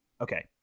Okay